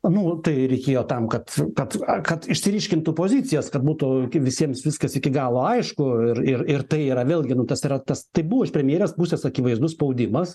nu tai reikėjo tam kad kad kad išsiryškintų pozicijas kad būtų visiems viskas iki galo aišku ir ir ir tai yra vėlgi nu tas yra tas tai buvo iš premjerės pusės akivaizdus spaudimas